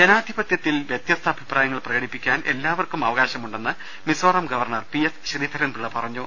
ജനാധിപത്യത്തിൽ വ്യത്യസ്ത അഭിപ്രായങ്ങൾ പ്രകടിപ്പിക്കുവാൻ എല്ലാവർക്കും അവകാശമുണ്ടെന്ന് Mizoram governor P S Sreedharan Pillai പറഞ്ഞു